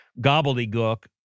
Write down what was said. gobbledygook